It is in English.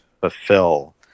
fulfill